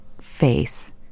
face